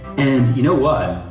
and you know what?